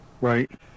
Right